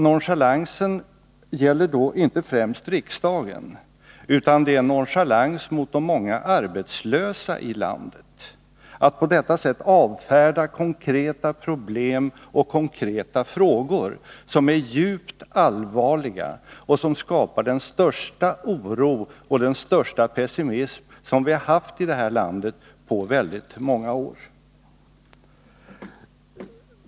Nonchalansen gäller då inte främst riksdagen, utan det är en nonchalans mot de många arbetslösa i landet att på detta sätt avfärda konkreta problem och konkreta frågor som är djupt allvarliga och som skapar den största oro och den största pessimism som vi har haft i det här landet på väldigt många år.